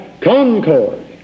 concord